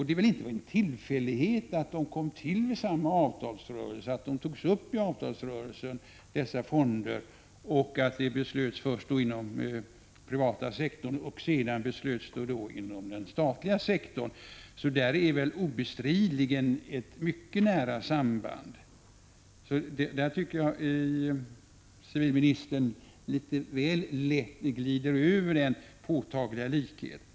Det är väl inte någon tillfällighet att dessa fonder kom till i samma avtalsrörelse och att det först fattades beslut inom den privata sektorn och sedan inom den statliga. Där finns obestridligen ett mycket nära samband. Jag tycker att civilministern litet väl lätt glider ifrån den påtagliga likheten.